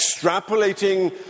extrapolating